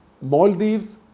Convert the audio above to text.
Maldives